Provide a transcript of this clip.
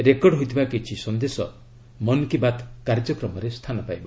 record ହୋଇଥିବା କିଛି ସନ୍ଦେଶ ମନ୍ କି ବାତ୍ କାର୍ଯ୍ୟକ୍ରମରେ ସ୍ଥାନ ପାଇବ